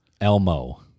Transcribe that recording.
Elmo